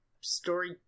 story